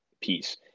piece